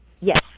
yes